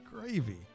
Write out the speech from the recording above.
gravy